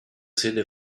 sede